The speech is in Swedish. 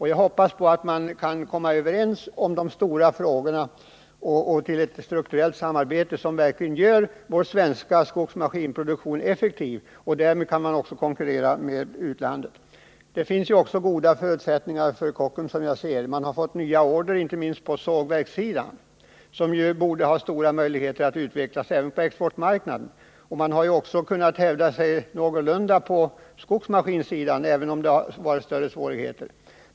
Jag hoppas att man kan komma överens i de stora frågorna och få ett strukturellt samarbete som verkligen gör vår svenska skogsmaskinproduktion effektiv. Därmed kan man även konkurrera med utlandet. Det finns också goda förutsättningar för Kockums, som jag ser det. Man har fått nya order inte minst på sågverkssidan, där det borde finnas stora möjligheter till utveckling även på exportmarknaden. Man har också kunnat hävda sig någorlunda på skogsmaskinsidan, även om det varit större svårigheter där.